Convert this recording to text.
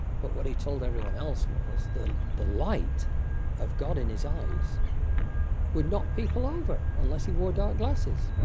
but what he told everyone else was the the light of god in his eyes would knock people over unless he wore dark glasses.